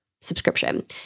subscription